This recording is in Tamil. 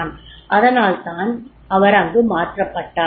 அதனால்தான் அவர் அங்கு மாற்றப்பட்டார்